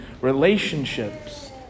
relationships